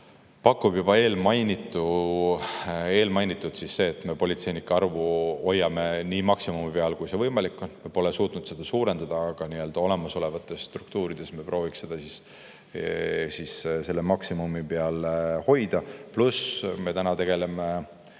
pakub juba eelmainitu, see, et me politseinike arvu hoiame nii maksimumi peal, kui see võimalik on. Me pole suutnud seda [arvu] suurendada, aga olemasolevates struktuurides me prooviks seda maksimumi peal hoida. Pluss me tegeleme